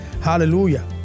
Hallelujah